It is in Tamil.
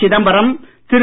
சிதம்பரம் திரு